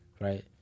Right